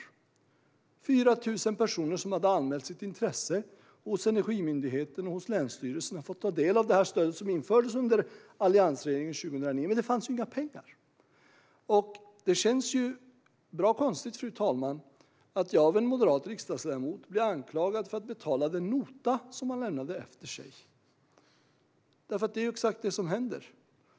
Det var 4 000 personer som hade anmält sitt intresse hos Energimyndigheten och hos länsstyrelserna för att ta del av stödet som infördes under alliansregeringen 2009. Men det fanns inga pengar. Det känns bra konstigt, fru talman, att jag av en moderat riksdagsledamot blir anklagad för att betala den nota som man lämnade efter sig. Det är exakt vad som händer.